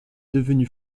devenue